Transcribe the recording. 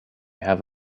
have